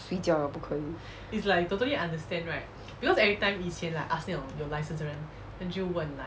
睡觉 liao 不可以